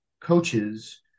coaches